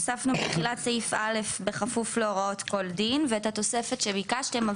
הוספנו בתחילת סעיף (א): "בכפוף להוראות כל דין" ואת התוספת שביקשת.